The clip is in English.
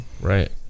Right